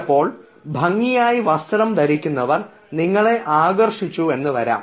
ചിലപ്പോൾ ഭംഗിയായി വസ്ത്രം ധരിക്കുന്നവർ നിങ്ങളെ ആകർഷിച്ചു എന്ന് വരാം